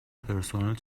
پرسنل